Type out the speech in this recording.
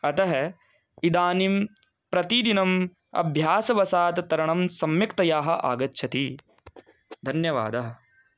अतः इदानीं प्रतिदिनम् अभ्यासवशात् तरणं सम्यक्तया आगच्छति धन्यवादः